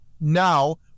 now